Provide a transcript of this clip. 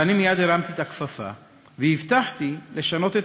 ואני מייד הרמתי את הכפפה והבטחתי לשנות את